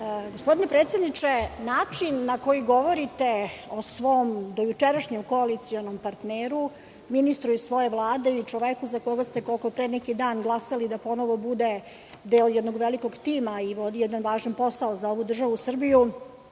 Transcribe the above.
Gospodine predsedniče način na koji govorite o svom dojučerašnjem koalicionom partneru, ministru iz svoje Vlade i čoveku za koga ste koliko pre neki dan glasali da ponovo bude deo jednog velikog tima, i vodi jedan važan posao za ovu državu Srbiju,